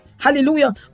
Hallelujah